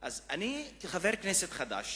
אז אני, כחבר כנסת חדש,